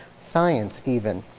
science even,